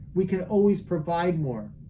we can always provide more.